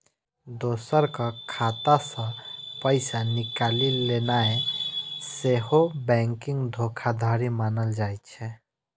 दोसरक खाता सं पैसा निकालि लेनाय सेहो बैंकिंग धोखाधड़ी मानल जाइ छै